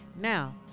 now